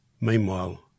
Meanwhile